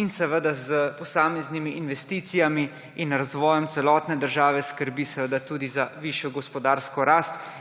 in s posameznimi investicijami in razvojem celotne države skrbi tudi za višjo gospodarsko rast